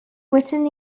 written